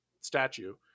Statue